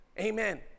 Amen